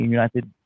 United